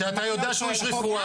שאתה יודע שהוא איש רפואה.